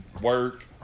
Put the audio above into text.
work